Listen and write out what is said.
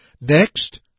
Next